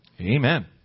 Amen